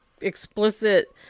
explicit